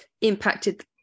impacted